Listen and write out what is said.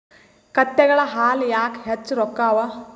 ಕತ್ತೆಗಳ ಹಾಲ ಯಾಕ ಹೆಚ್ಚ ರೊಕ್ಕ ಅವಾ?